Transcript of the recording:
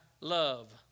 love